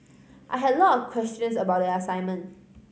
I had a lot of questions about the assignment